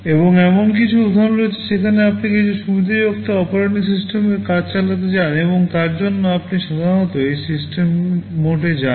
এবং এমন উদাহরণ রয়েছে যেখানে আপনি কিছু সুবিধাযুক্ত অপারেটিং সিস্টেমের কাজ চালাতে চান এবং তার জন্য আপনি সাধারণত এই সিস্টেম মোডে যান